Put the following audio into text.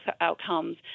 outcomes